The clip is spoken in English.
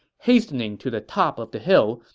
hastening to the top of the hill,